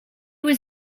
was